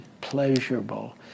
pleasurable